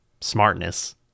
smartness